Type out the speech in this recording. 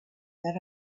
that